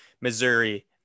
missouri